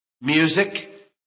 music